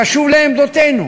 קשוב לעמדותינו,